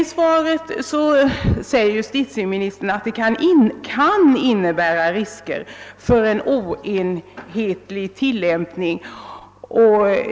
I svaret säger justitieministern att skälighetsprövningen kan innebära risker för en oenhetlig tillämpning.